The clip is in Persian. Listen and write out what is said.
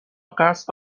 قصد